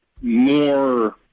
more